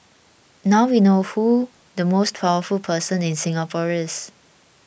now we know who the most powerful person in Singapore is